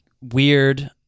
weird